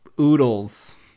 oodles